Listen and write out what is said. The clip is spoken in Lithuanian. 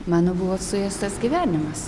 mano buvo suėstas gyvenimas